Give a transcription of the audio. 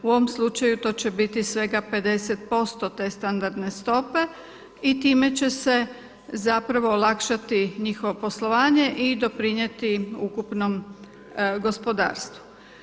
U ovom slučaju to će biti svega 50 posto te standardne stope i time će se zapravo olakšati njihovo poslovanje i doprinijeti ukupnom gospodarstvu.